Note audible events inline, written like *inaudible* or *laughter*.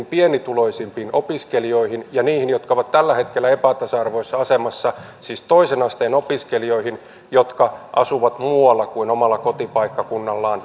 *unintelligible* pienituloisimpiin opiskelijoihin ja niihin jotka ovat tällä hetkellä epätasa arvoisessa asemassa siis toisen asteen opiskelijoihin jotka asuvat muualla kuin omalla kotipaikkakunnallaan *unintelligible*